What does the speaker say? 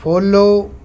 follow